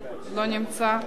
חבר הכנסת טלב אלסאנע,